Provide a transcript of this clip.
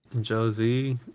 Josie